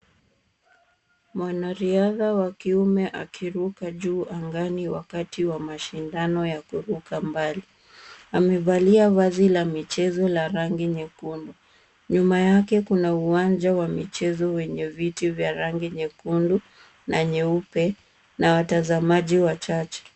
Mwanariadha wa kiume akiruka juu angani wakati wa mashindano ya kuruka mbali. Amevalia vazi la michezo la rangi nyekundu. Nyuma yake kuna uwanja wa michezo wenye viti vya rangi nyekundu na nyeupe na watazamaji wachache.